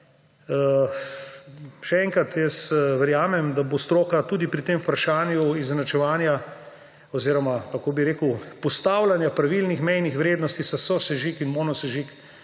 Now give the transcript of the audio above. še enkrat, verjamem, da bo stroka tudi pri tem vprašanju izenačevanja oziroma, kako bi rekel, postavljanja pravilnih mejnih vrednosti za sosežig in monosežig